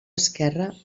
esquerre